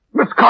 Miss